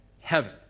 heaven